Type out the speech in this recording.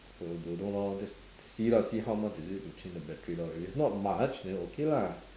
so don't know lor just see lor see how much is it to change the battery lor if it's not much then okay lah